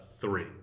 three